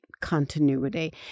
continuity